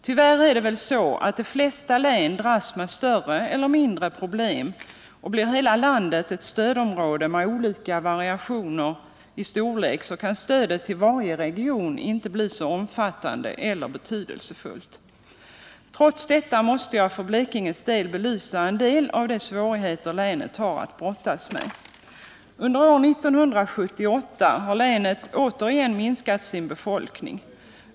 Tyvärr är det väl så att de flesta län dras med större eller mindre problem, och blir hela landet ett stödområde med olika variationer i stödets storlek, så kan stödet till varje region inte bli så omfattande eller betydelsefullt. Trots detta måste jag för Blekinges del belysa en del av de svårigheter som det länet har att brottas med. Under år 1978 har Blekinge län återigen minskat i fråga om folkmängden.